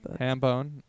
Hambone